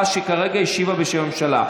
שכרגע השיבה בשם הממשלה.